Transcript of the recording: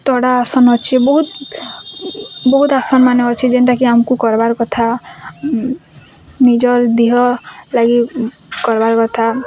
ତଡ଼ା ଆସନ୍ ଅଛେ ବହୁତ୍ ବହୁତ୍ ଆସନ୍ମାନେ ଅଛେ ଯେନ୍ଟା କି ଆମ୍କୁ କର୍ବାର୍ କଥା ନିଜର୍ ଦିହ ଲାଗି କର୍ବାର୍ କଥା